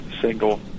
single